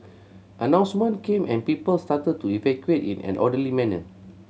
announcement came and people started to evacuate in an orderly manner